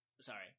Sorry